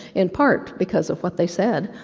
in part, because of what they said,